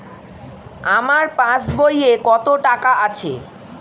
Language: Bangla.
আমার পাস বইয়ে কত টাকা আছে?